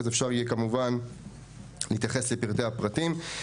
אז אפשר יהיה כמובן להתייחס לפרטי הפרטים.